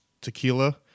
tequila